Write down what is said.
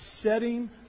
setting